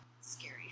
scary